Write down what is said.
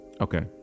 Okay